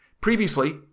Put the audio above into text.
Previously